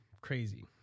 crazy